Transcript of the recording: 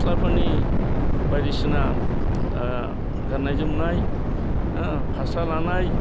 सिख्लाफोरनि बायदिसिना गान्नाय जोमनाय फास्रा लानाय